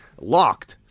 locked